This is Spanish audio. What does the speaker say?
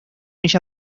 ella